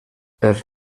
els